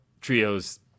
trios